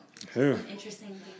interesting